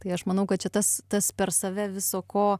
tai aš manau kad čia tas tas per save viso ko